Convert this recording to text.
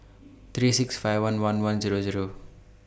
three six five one one one Zero Zero